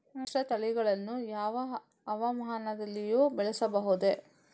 ಮಿಶ್ರತಳಿಗಳನ್ನು ಯಾವ ಹವಾಮಾನದಲ್ಲಿಯೂ ಬೆಳೆಸಬಹುದೇ?